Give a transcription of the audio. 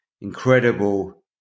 incredible